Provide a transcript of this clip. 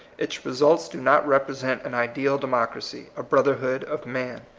its results do not represent an ideal democracy, a brotherhood of man.